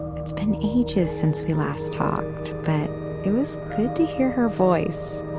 it's been ages since we last talked, but it was good to hear her voice.